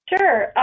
Sure